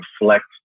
reflect